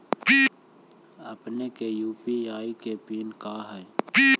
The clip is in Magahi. अपने के यू.पी.आई के पिन का हई